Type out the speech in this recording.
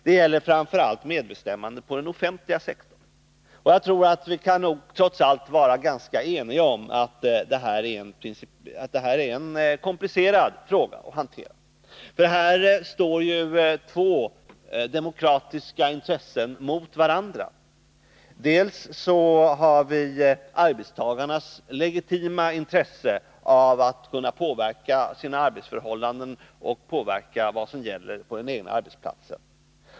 Det gäller framför allt medbestämmande på den offentliga sektorn, och jag tror att vi trots allt kan vara ganska eniga om att det här är en komplicerad fråga att hantera. Här står ju två demokratiska intressen mot varandra. Å ena sidan har vi arbetstagarnas legitima intresse av att kunna påverka sina arbetsförhållanden och påverka vad som gäller på den egna arbetsplatsen.